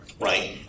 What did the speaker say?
Right